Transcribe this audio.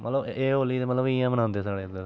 मतलब एह् होली मतलब इयां मनांदे साढ़ै इद्धर